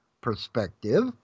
perspective